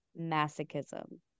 masochism